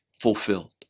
fulfilled